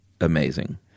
amazing